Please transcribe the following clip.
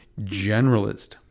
generalist